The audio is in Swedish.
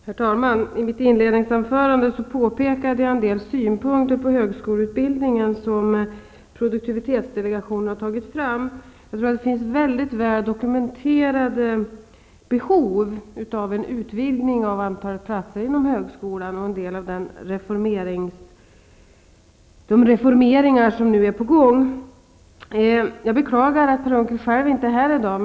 Herr talman! I mitt inledningsanförande pekade jag på en del saker angående högskoleutbildningen som produktivitetsdelegationen har tagit fram. Det finns väl dokumenterade behov av att utvidga antalet platser inom högskolan och en del reformer, som nu håller på att genomföras. Jag beklagar att Per Unckel inte är här i dag.